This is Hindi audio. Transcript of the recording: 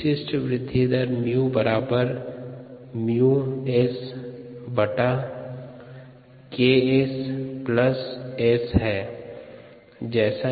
विशिष्ट वृद्धि दर 𝜇 बराबर 𝜇𝑚 𝑆 बटा 𝐾𝑆 𝑆 है